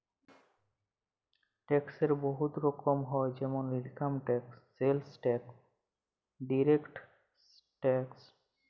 ট্যাক্সের বহুত রকম হ্যয় যেমল income tax, sales tax, direct tax